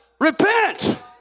Repent